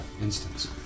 instance